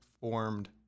formed